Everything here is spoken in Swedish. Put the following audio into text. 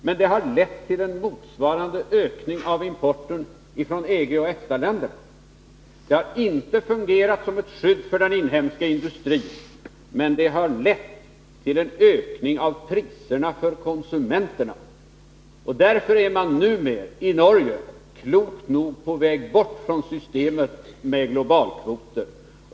Men det har lett till en motsvarande ökning av importen från EG och EFTA-länderna. Det har inte fungerat som ett skydd för den inhemska industrin, och det har lett till en ökning av priserna för konsumenterna. Därför är man numera i Norge klokt nog på väg bort från systemet med globalkvoter.